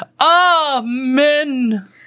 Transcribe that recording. Amen